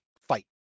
fight